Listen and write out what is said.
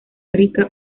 rica